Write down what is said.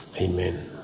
Amen